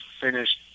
finished